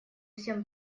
всем